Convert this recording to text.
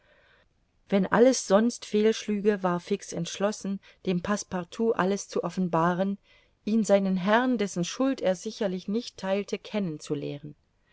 wenn alles sonst fehlschlüge war fix entschlossen dem passepartout alles zu offenbaren ihn seinen herrn dessen schuld er sicherlich nicht theilte